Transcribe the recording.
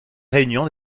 réunion